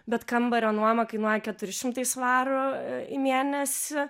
bet kambario nuoma kainuoja keturi šimtai svarų į mėnesį